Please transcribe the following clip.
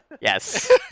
Yes